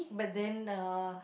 but then uh